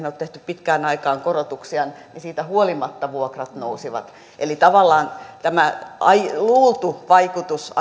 ole tehty pitkään aikaan korotuksia vuokrat nousivat eli tavallaan tämä asumistuen luultu vaikutus